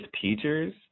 teachers